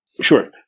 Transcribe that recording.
Sure